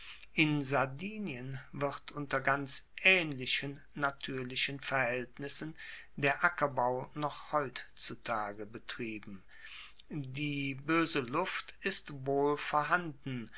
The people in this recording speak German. in sardinien wird unter ganz aehnlichen natuerlichen verhaeltnissen der ackerbau noch heutzutage betrieben die boese luft ist wohl vorhanden